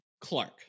Clark